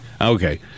Okay